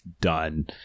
done